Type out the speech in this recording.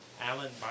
Alan